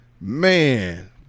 man